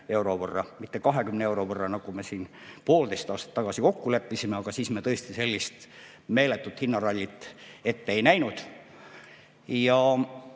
euro võrra, mitte 20 euro võrra, nagu me siin poolteist aastat tagasi kokku leppisime. Siis me tõesti sellist meeletut hinnarallit ette ei näinud. Eks